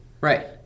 Right